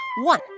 One